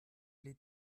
les